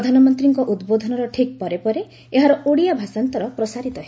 ପ୍ରଧାନମନ୍ତୀଙ୍କ ଉଦ୍ବୋଧନର ଠିକ୍ ପରେ ପରେ ଏହାର ଓଡ଼ିଆ ଭାଷାନ୍ତର ପ୍ରସାରିତ ହେବ